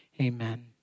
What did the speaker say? Amen